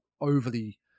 overly